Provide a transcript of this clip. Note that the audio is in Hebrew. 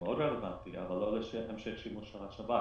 הם מאוד רלוונטיים אבל לא לשם המשך שימוש בשב"כ.